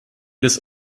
des